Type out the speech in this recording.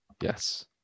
Yes